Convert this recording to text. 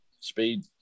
Speed